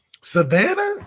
Savannah